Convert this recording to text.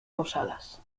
posadas